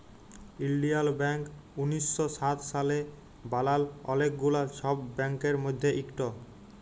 ইলডিয়াল ব্যাংক উনিশ শ সাত সালে বালাল অলেক গুলা ছব ব্যাংকের মধ্যে ইকট